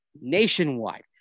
Nationwide